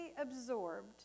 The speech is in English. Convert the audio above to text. absorbed